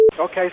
Okay